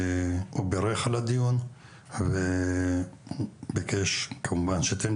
הוא בירך על הדיון והוא ביקש כמובן שאתם